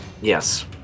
Yes